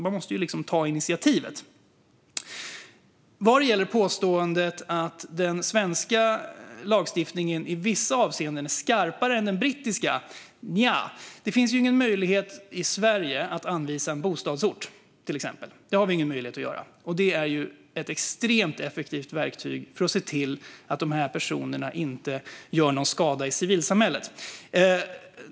Man måste ta initiativet. Beträffande påståendet att den svenska lagstiftningen i vissa avseenden är skarpare än den brittiska är jag tveksam. Det finns ingen möjlighet i Sverige att till exempel anvisa en bostadsort. Det har vi ingen möjlighet att göra. Det är ett extremt effektivt verktyg för att se till att dessa personer inte gör någon skada i civilsamhället.